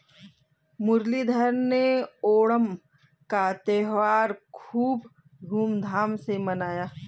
मुरलीधर ने ओणम का त्योहार खूब धूमधाम से मनाया